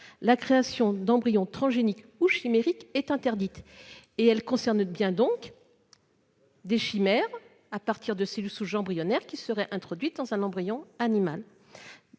La création d'embryons transgéniques ou chimériques est interdite. » Il concerne donc bien des chimères à partir de cellules souches embryonnaires qui seraient introduites dans un embryon animal.